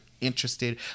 interested